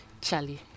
Charlie